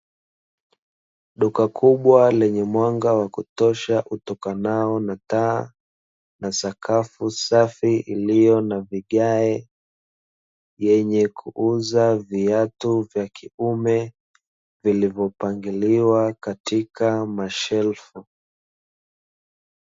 Duka kubwa lenye mwanga wa kutosha utokanao na taa, na sakafu safi iliyona vigae yenye kuuza viatu vya kiume vilivyo pangiliwa katika mashelfu.